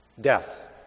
Death